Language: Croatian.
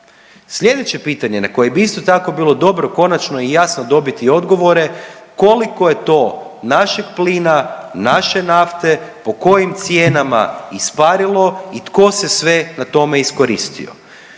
Sljedeće pitanje na koje bi isto tako bilo dobro konačno i jasno dobiti odgovore, koliko je to našeg plina, naše nafte, po kojim cijenama isparilo i tko se sve na tome iskoristio?